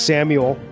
Samuel